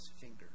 finger